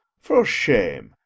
for shame,